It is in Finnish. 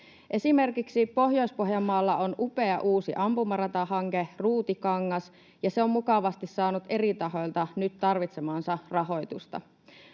Esimerkiksi Pohjois-Pohjanmaalla on upea uusi ampumaratahanke, Ruutikangas, ja se on mukavasti nyt saanut tarvitsemaansa rahoitusta